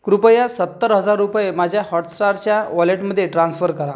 कृपया सत्तर हजार रुपये माझ्या हॉटस्टारच्या वॉलेटमध्ये ट्रान्स्फर करा